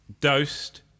Dosed